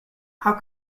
how